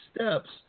steps